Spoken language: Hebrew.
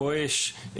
בואש,